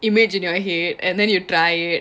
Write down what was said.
imagine your head and then you try it